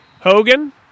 Hogan